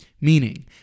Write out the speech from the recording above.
Meaning